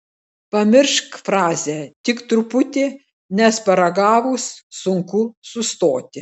pamiršk frazę tik truputį nes paragavus sunku sustoti